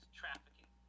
trafficking